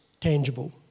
tangible